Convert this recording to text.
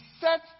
set